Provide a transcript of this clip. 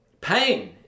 pain